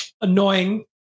Annoying